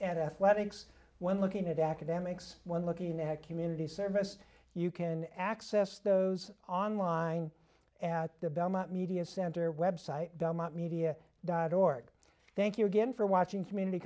an athletics when looking at academics one looking at community service you can access those online and at the belmont media center web site www dot media dot org thank you again for watching community